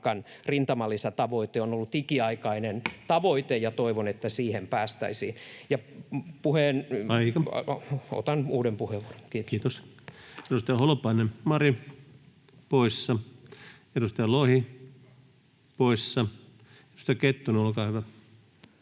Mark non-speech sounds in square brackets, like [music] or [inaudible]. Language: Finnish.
rintamalisätavoite on ollut ikiaikainen tavoite, [noise] ja toivon, että siihen päästäisiin. [Puhemies: Aika!] — Otan uuden puheenvuoron. — Kiitos. Kiitos. — Edustaja Holopainen, Mari poissa, edustaja Lohi poissa. — Edustaja Kettunen, olkaa hyvä.